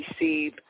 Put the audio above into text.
receive